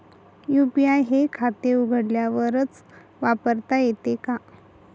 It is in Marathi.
यू.पी.आय हे खाते उघडल्यावरच वापरता येते का?